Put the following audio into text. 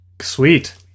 Sweet